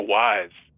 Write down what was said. wise